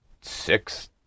six